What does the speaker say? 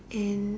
and